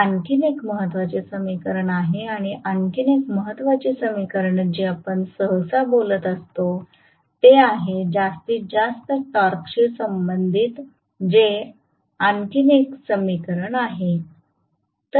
हे आणखी एक महत्त्वाचे समीकरण आहे आणि आणखी एक महत्वाची समीकरणे जी आपण सहसा बोलत असतो ते हे आणि जास्तीत जास्त टॉर्कशी संबंधित हे आणखी एक समीकरण आहे